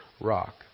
rock